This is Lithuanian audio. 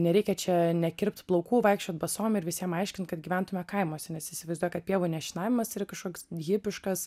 nereikia čia nekirpt plaukų vaikščiot basom ir visiem aiškint kad gyventume kaimuose nes įsivaizduoja kad pievų nešienavimas yra kažkoks hipiškas